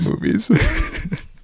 movies